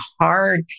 hard